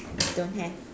don't have